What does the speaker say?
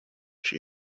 she